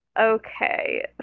Okay